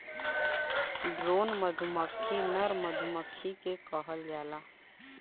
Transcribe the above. drone मधुमक्खी नर मधुमक्खी के कहल जाला